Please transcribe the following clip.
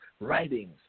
writings